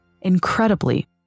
Incredibly